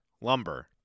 Lumber